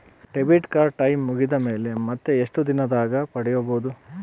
Debit card time ಮುಗಿದ ಮೇಲೆ ಮತ್ತೆ ಎಷ್ಟು ದಿನದಾಗ ಪಡೇಬೋದು?